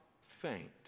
faint